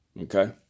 Okay